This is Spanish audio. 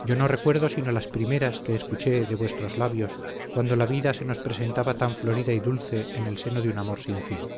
yo no recuerdo sino las primeras que escuché de vuestros labios cuando la vida se nos presentaba tan florida y dulce en el seno de un amor sin fin